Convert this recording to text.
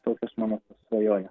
tokios mano svajonės